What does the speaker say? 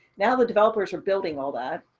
now the developers are building all that.